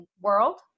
world